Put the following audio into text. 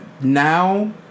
now